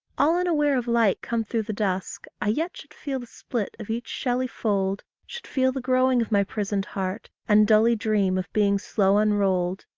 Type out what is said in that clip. all unaware of light come through the dusk, i yet should feel the split of each shelly fold, should feel the growing of my prisoned heart, and dully dream of being slow unrolled,